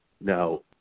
Now